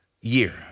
year